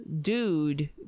dude